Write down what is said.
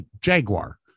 Jaguar